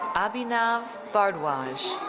abhinav bhardwaj.